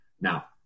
Now